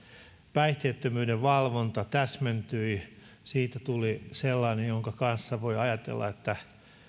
päihteettömyyden valvonta täsmentyi siitä tuli sellainen jonka kanssa voi ajatella että